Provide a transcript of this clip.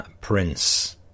Prince